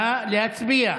נא להצביע.